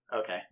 Okay